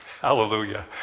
Hallelujah